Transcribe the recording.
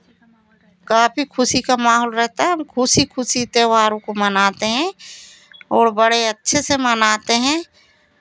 काफी खुशी का माहौल रहता है हम खुशी खुशी त्यौहारों को मनाते हैं और बड़े अच्छे से मनाते हैं